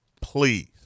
Please